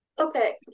Okay